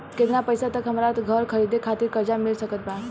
केतना पईसा तक हमरा घर खरीदे खातिर कर्जा मिल सकत बा?